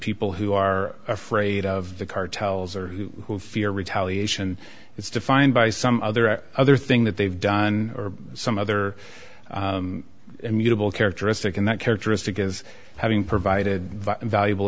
people who are afraid of the cartels or who fear retaliation it's defined by some other or other thing that they've done or some other immutable characteristic and that characteristic is having provided valuable